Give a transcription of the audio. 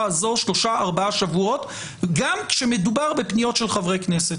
הזו שלושה-ארבעה שבועות גם כשמדובר בפניות של חברי כנסת,